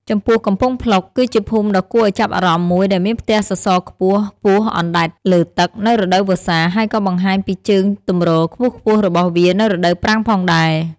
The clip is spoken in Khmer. ចំពោះកំពង់ភ្លុក គឺជាភូមិដ៏គួរឱ្យចាប់អារម្មណ៍មួយដែលមានផ្ទះសសរខ្ពស់ៗអណ្ដែតលើទឹកនៅរដូវវស្សា ហើយក៏បង្ហាញពីជើងទម្រខ្ពស់ៗរបស់វានៅរដូវប្រាំងផងដែរ។